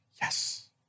Yes